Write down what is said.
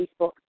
Facebook